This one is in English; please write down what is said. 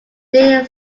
they